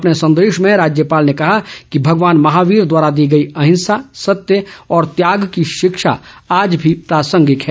अपने संदेश में राज्यपाल ने कहा कि भगवान महावीर द्वारा दी गई अहिंसा सत्य और त्याग की शिक्षा आज भी प्रांसगिक है